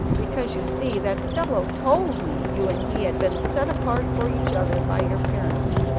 because you see that fellow told me you and he had been set apart for each other by your parents!